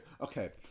Okay